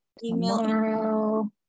tomorrow